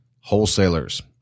wholesalers